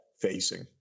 facing